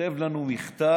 כותב לנו מכתב,